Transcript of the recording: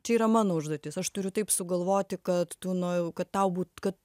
čia yra mano užduotis aš turiu taip sugalvoti kad tu nu jau kad tau būt kad